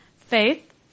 Faith